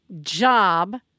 job